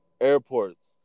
Airports